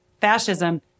fascism